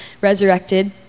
resurrected